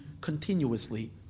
continuously